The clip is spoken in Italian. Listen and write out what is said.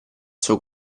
suo